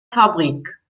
fabrik